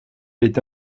est